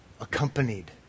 accompanied